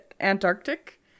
Antarctic